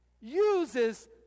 uses